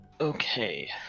okay